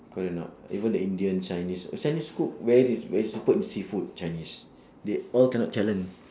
correct or not even the indian chinese oh chinese cook very very super in seafood chinese they all cannot challenge